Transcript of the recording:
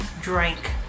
drink